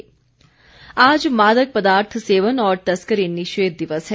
नशा निरोधक आज मादक पदार्थ सेवन और तस्करी निषेध दिवस है